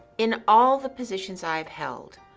in all the positions i have held,